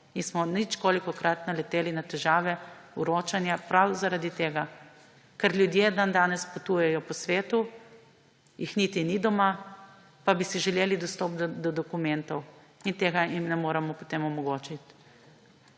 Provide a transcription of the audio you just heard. in smo ničkolikokrat naleteli na težave vročanja prav zaradi tega. Ker ljudje dandanes potujejo po svetu, jih niti ni doma, pa bi si želeli dostop do dokumentov, in tega jim potem ne moremo omogočiti.